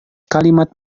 kalimat